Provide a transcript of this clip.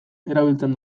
erabiltzen